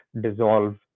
dissolve